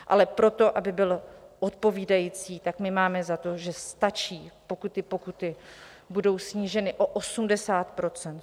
Ale pro to, aby byl odpovídající, tak my máme za to, že stačí, pokud ty pokuty budou sníženy o 80 %.